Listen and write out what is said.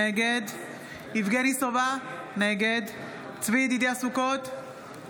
נגד יבגני סובה, נגד צבי ידידיה סוכות,